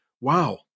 Wow